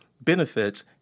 benefits